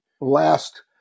last